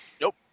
Nope